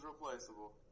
replaceable